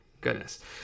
Goodness